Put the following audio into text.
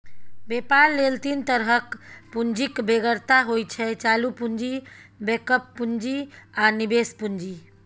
बेपार लेल तीन तरहक पुंजीक बेगरता होइ छै चालु पुंजी, बैकअप पुंजी आ निबेश पुंजी